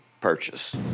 purchase